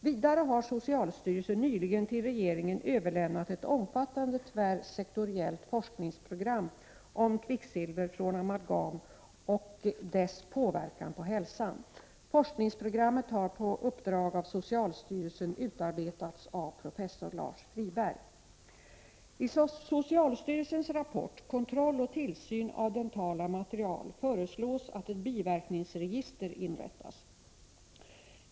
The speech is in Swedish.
Vidare har socialstyrelsen nyligen till regeringen överlämnat ett omfattande tvärsektoriellt forskningsprogram om kvicksilver från amalgam och dess påverkan på hälsan. Forskningsprogrammet har på uppdrag av socialstyrelsen utarbetats av professor Lars Friberg. I socialstyrelsens rapport Kontroll och tillsyn av dentala material föreslås att ett biverkningsregister inrättas.